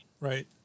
Right